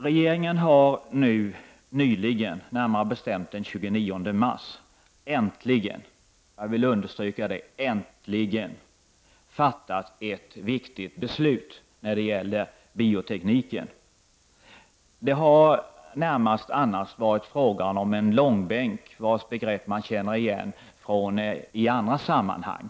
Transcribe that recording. Regeringen har nyligen, närmare bestämt den 29 mars i år, äntligen fattat ett viktigt beslut när det gäller biotekniken. Det har annars närmast varit fråga om en långbänk vars begrepp man känner igen från andra sammanhang.